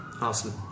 awesome